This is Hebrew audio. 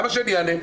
למה שאני אענה?